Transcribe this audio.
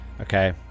Okay